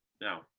now